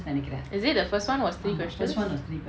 is it the first one was three questions